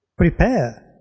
prepare